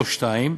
או (2)